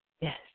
Yes